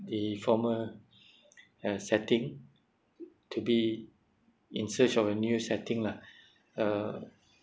the former uh setting to be in search of a new setting lah uh I always felt that